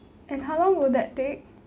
and how long would that take